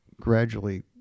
gradually